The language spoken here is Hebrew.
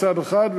מצד אחד,